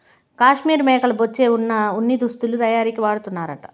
కాశ్మీర్ మేకల బొచ్చే వున ఉన్ని దుస్తులు తయారీకి వాడతన్నారు